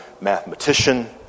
mathematician